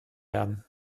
werden